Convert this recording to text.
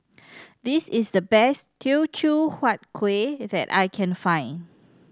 this is the best Teochew Huat Kueh that I can find